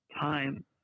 time